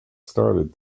started